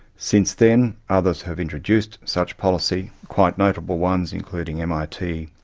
since then others have introduced such policy, quite notable ones, including mit,